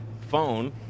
phone